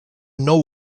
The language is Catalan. nou